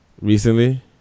Recently